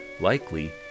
Likely